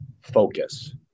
focus